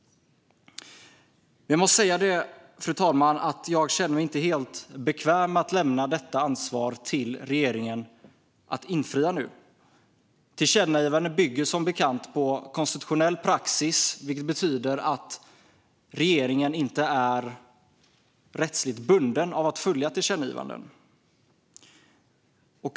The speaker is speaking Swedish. Men jag måste säga, fru talman, att jag inte känner mig helt bekväm med att nu lämna detta ansvar till regeringen att infria. Tillkännagivanden bygger som bekant på konstitutionell praxis, vilket betyder att regeringen inte är rättsligt bunden att följa dem.